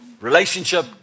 relationship